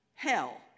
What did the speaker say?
Hell